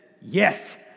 yes